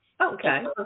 Okay